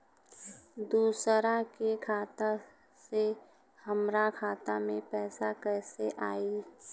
दूसरा के खाता से हमरा खाता में पैसा कैसे आई?